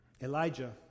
Elijah